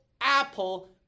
apple